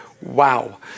Wow